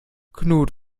knut